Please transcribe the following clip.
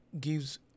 gives